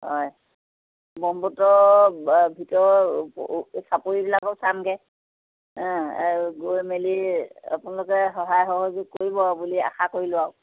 হয় ব্ৰহ্মপুত্ৰৰ ভিতৰ চাপৰিবিলাকো চামগৈ গৈ মেলি আপোনালোকে সহায় সহযোগ কৰিব আৰু বুলি আশা কৰিলোঁ আৰু